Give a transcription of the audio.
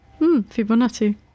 Fibonacci